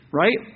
right